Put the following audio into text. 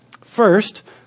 First